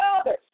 others